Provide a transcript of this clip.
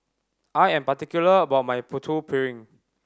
I am particular about my Putu Piring